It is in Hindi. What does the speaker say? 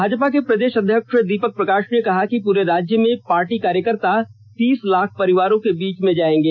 भाजपा के प्रदेष अध्यक्ष दीपक प्रकाष ने कहा कि प्रे राज्य में पार्टी कार्यकर्ता तीस लाख परिवारों के बीच में जाएंगे